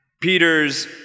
Peter's